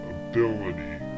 ability